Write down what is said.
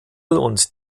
und